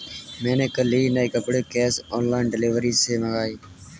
मैंने कल ही नए कपड़े कैश ऑन डिलीवरी से मंगाए